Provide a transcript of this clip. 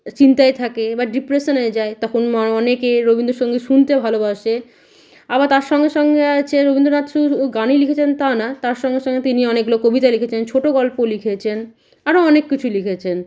চিন্তায় থাকে বা ডিপ্রেশনে যায় তখম ম অনেকে রবীন্দ্র সঙ্গীত শুনতে ভালোবাসে আবার তার সঙ্গে সঙ্গে আছে রবীন্দ্রনাথ শুধু গানই লিখেছেন তা না তার সঙ্গে সঙ্গে তিনি অনেকগুলো কবিতা লিখেছেন ছোটো গল্প লিখেছেন আরো অনেক কিছু লিখেছেন